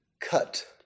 Cut